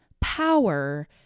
power